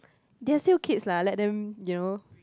they're still kids lah let them you know